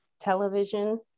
Television